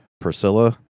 priscilla